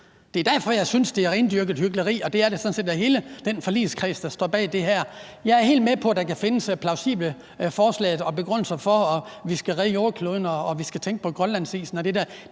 Det er derfor, jeg synes, det er rendyrket hykleri, og det er det sådan set i forhold til hele den forligskreds, der står bag det her. Jeg er helt med på, at der kan findes plausible forslag og begrundelser, i forhold til at vi skal redde jordkloden og tænke på Grønlandsisen og det der.